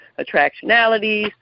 attractionalities